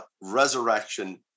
resurrection